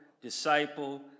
disciple